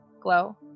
glow